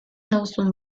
nauzun